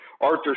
Arthur